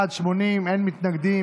הצבעה.